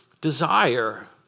desire